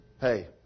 Hey